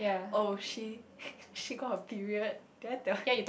oh she she got her period did I tell